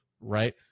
right